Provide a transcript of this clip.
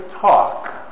talk